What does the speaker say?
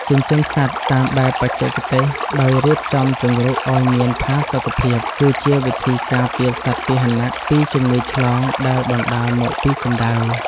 ចិញ្ចឹមសត្វតាមបែបបច្ចេកទេសដោយរៀបចំជង្រុកឱ្យមានផាសុកភាពគឺជាវិធីការពារសត្វពាហនៈពីជំងឺឆ្លងដែលបណ្ដាលមកពីកម្ដៅ។